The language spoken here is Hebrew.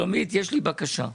שלומית, יש לי בקשה.